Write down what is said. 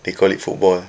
they call it football